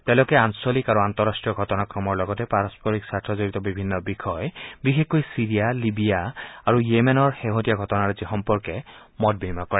তেওঁলোকে আঞ্চলিক আৰু আন্তঃৰাষ্টীয় ঘটনাক্ৰমৰ লগতে পাৰস্পৰিক স্বাৰ্থ জড়িত বিভিন্ন বিষয় বিশেষকৈ ছিৰিয়া লিবিয়া আৰু য়েমেনৰ শেহতীয়া ঘটনাৰাজি সম্পৰ্কে মত বিনিময় কৰে